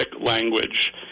language